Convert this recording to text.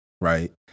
right